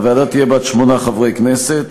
הוועדה תהיה בת שמונה חברי כנסת: